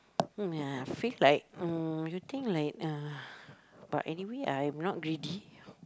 mm ya feel like uh you think like uh but anyway I am not greedy